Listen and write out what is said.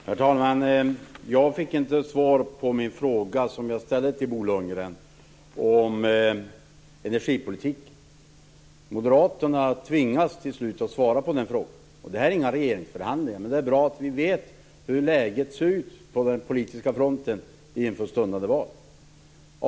Herr talman! Jag fick inte svar på den fråga jag ställde till Bo Lundgren om energipolitiken. Moderaterna tvingas till slut att svara på den frågan. Det här är inga regeringsförhandlingar, men det är bra om vi vet hur läget ser ut på den politiska fronten inför stundande val.